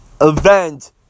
event